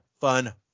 fun